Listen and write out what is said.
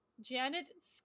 Janet